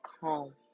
calm